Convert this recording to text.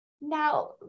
Now